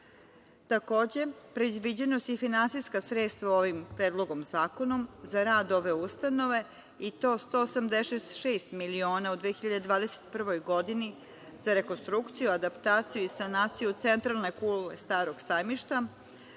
dobara. Takođe, predviđena su i finansijska sredstva ovim Predlogom zakona za rad ove ustanove i to 186 miliona u 2021. godini, za rekonstrukciju, adaptaciju i sanaciju centralne kule "Starog sajmišta",